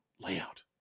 layout